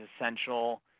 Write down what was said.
essential